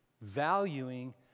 valuing